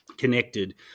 connected